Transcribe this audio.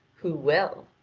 who will?